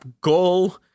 goal